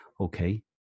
okay